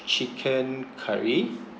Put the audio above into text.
chicken curry